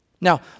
Now